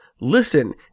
Listen